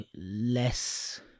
less